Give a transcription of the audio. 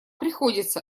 приходится